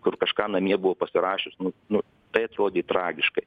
kur kažką namie buvo pasirašius nu nu tai atrodė tragiškai